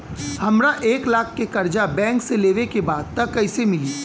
हमरा एक लाख के कर्जा बैंक से लेवे के बा त कईसे मिली?